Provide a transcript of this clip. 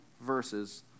verses